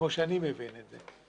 כמו שאני מבין את זה,